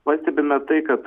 pastebime tai kad